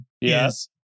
yes